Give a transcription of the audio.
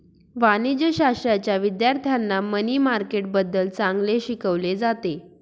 वाणिज्यशाश्राच्या विद्यार्थ्यांना मनी मार्केटबद्दल चांगले शिकवले जाते